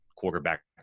quarterback